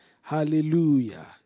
Hallelujah